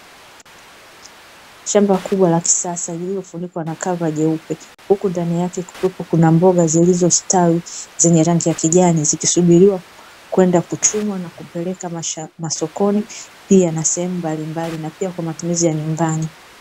Shamba kubwa la kisasa lililofunikwa na kava jeupe huku ndani yake kukiwepo na mboga zilizostawi zenye rangi ya kijani, zikisubiriwa kwenda kuchumwa na kupeleka masokoni, na pia sehemu mbalimbali na pia kwa matumizi ya nyumbani.